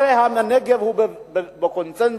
הרי הנגב בקונסנזוס,